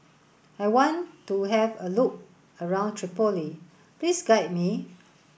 I want to have a look around Tripoli please guide me